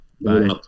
bye